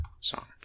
song